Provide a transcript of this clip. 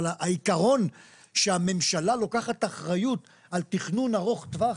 אבל העיקרון שבו הממשלה לוקחת אחריות על תכנון ארוך טווח,